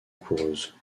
coureuse